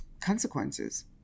consequences